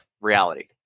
reality